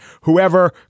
Whoever